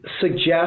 suggest